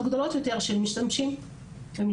גדולות יותר של משתמשים ומשתתפים.